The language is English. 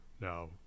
Now